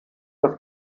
das